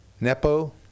Nepo